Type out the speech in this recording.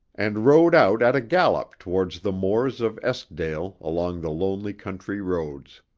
and rode out at a gallop towards the moors of eskdale along the lonely country roads.